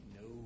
No